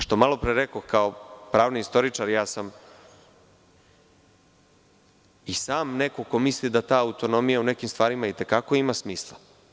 Što malopre rekoh, kao pravni istoričar, ja sam i sam neko ko misli da ta autonomija u nekim stvarima i te kako ima smisla.